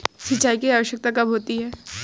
सिंचाई की आवश्यकता कब होती है?